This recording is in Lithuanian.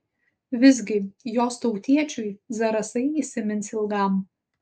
visgi jos tautiečiui zarasai įsimins ilgam